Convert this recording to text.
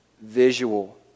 visual